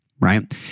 right